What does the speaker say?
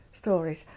stories